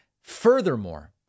Furthermore